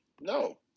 No